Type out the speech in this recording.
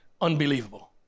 unbelievable